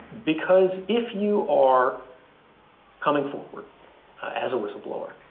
because, if you are coming forward as a whistleblower,